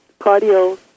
cardio